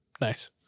Nice